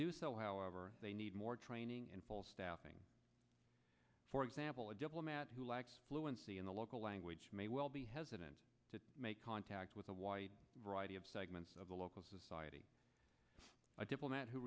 do so however they need more training and full staffing for example a diplomat who lacks fluency in the local language may well be hesitant to make contact with a wide variety of segments of the local society a diplomat who